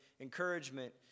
encouragement